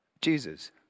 Jesus